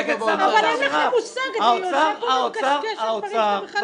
אבל אין לך מושג אתה כל הזמן מקשקש על דברים שאתה בכלל לא מבין בהם.